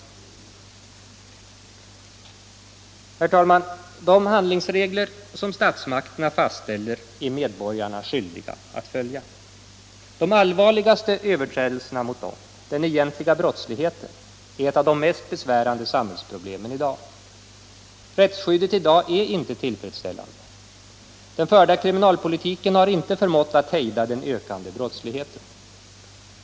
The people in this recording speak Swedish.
Herr talman! De handlingsregler som statsmakterna fastställer är medborgarna skyldiga att följa. De allvarligaste överträdelserna mot dessa, den egentliga brottsligheten, är ett av de mest besvärande samhällsproblemen i dag. Rättsskyddet i dag är inte tillfredsställande. Den förda debatt Allmänpolitisk debatt kriminalpolitiken har inte förmått att hejda den ökande brottsligheten.